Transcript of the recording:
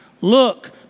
look